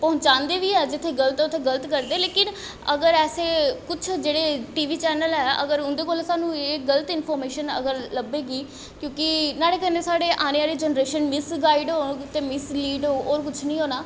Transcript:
पहुँचांदे बी ऐ जित्थै गल्त ऐ उत्थै गल्त करदे लेकिन अगर ऐसे कुछ जेह्ड़े टी वी चैनल ऐ अगर उं'दे कोला सानूं एह् गल्त इंफरमेशन अगर लब्भे गी क्योंकि न्हाड़े कन्नै साढ़े औने आह्ली जनरेशन मिसगाइड होग ते मिसलीड होग होर कुछ निं होना